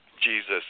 Jesus